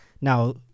Now